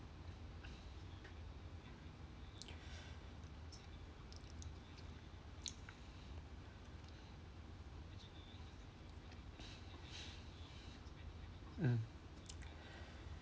mm